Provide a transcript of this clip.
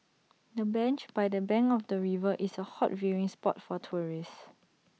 the bench by the bank of the river is A hot viewing spot for tourists